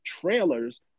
Trailers